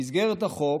במסגרת החוק